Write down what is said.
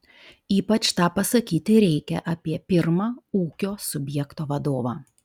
ypač tą pasakyti reikia apie pirmą ūkio subjekto vadovą